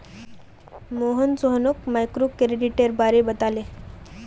मोहन सोहानोक माइक्रोक्रेडिटेर बारे बताले